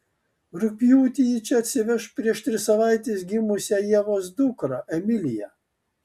rugpjūtį ji čia atsiveš prieš tris savaites gimusią ievos dukrą emiliją